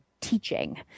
teaching